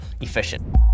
efficient